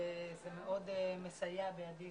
זה מאוד מסייע בידי